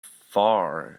far